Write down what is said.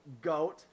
goat